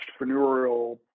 entrepreneurial